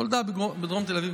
נולדה בדרום תל אביב,